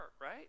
right